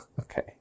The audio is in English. Okay